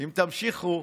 אם תמשיכו,